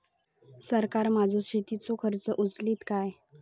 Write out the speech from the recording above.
सरकार माझो शेतीचो खर्च उचलीत काय?